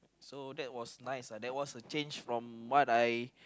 so that was nice uh that was a change from what I